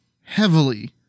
heavily